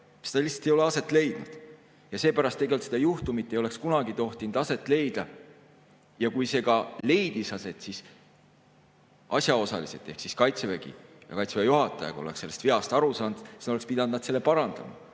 Seda lihtsalt ei ole aset leidnud. Ja seepärast seda juhtumit ei oleks kunagi tohtinud aset leida. Ja kui see ka leidis aset, siis asjaosalised ehk Kaitsevägi ja Kaitseväe juhataja, kui nad oleksid sellest veast aru saanud, oleksid pidanud selle parandama.